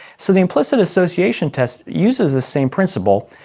so the implicit association test uses the same principle,